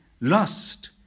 lost